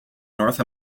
north